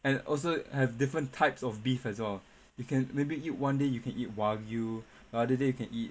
and also have different types of beef as well you can maybe eat one day you can eat wagyu other day you can eat